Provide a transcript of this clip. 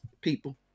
People